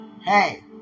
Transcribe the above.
hey